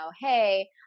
hey